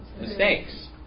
mistakes